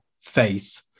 faith